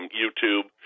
YouTube